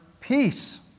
peace